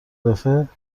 قیافه